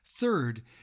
Third